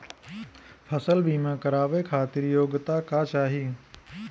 फसल बीमा करावे खातिर योग्यता का चाही?